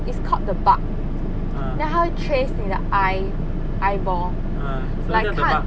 it's called the bug then 它会 trace 你的 eye eyeball like 看